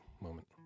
moment